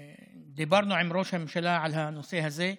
דיברנו עם ראש הממשלה על הנושא הזה.